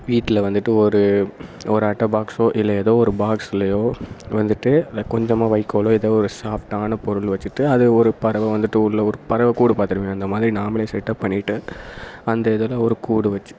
வீட்டில வந்துட்டு ஒரு ஒரு அட்டைபாக்ஸோ ஏதோ ஒரு பாக்ஸ்லேயோ வந்துட்டு கொஞ்சமாக வைக்கோல் ஏதோ ஒரு சாஃப்ட்டான பொருள் வச்சிட்டு அது ஒரு பறவை வந்துட்டு உள்ளே ஒரு பறவை கூடு பார்த்துருப்பீங்க அந்தமாதிரி நாமளே செட்டப் பண்ணிட்டு அந்த இதில் ஒரு கூடு வச்சு